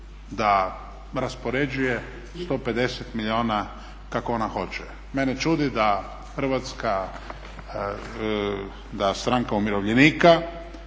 da raspoređuje 150 milijuna kako ona hoće. Mene čudi da Hrvatska stranka umirovljenika